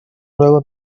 luego